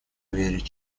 верить